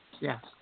Yes